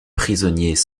prisonniers